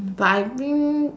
but I mean